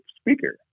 speaker